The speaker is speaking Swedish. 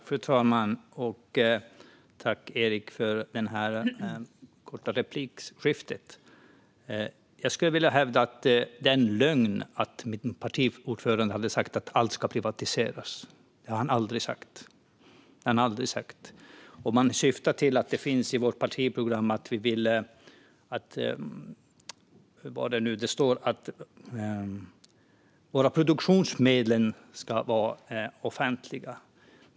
Fru talman! Tack, Erik, för det korta replikskiftet! Jag vill hävda att det är en lögn att vår partiordförande har sagt att allt ska privatiseras. Det har han aldrig sagt. Det syftas på att det står i vårt partiprogram att produktionsmedlen ska vara offentliga.